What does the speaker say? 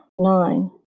Nine